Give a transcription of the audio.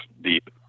deep